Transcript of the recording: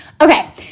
Okay